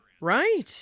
Right